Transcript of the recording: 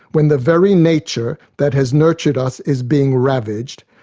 when the very nature that has nurtured us is being ravaged,